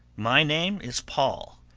my name is paul.